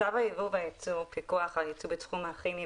צו הייבוא והייצוא (פיקוח על ייצוא בתחום הכימי,